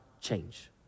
change